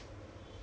err